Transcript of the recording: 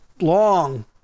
long